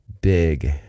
big